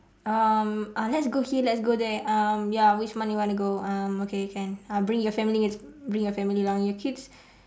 um ah let's go here let's go there um ya which month you wanna go um okay can um bring your family bring your family along your kids